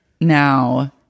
now